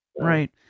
Right